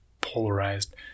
polarized